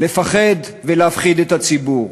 לפחד ולהפחיד את הציבור.